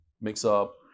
mix-up